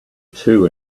two